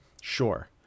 Sure